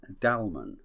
Dalman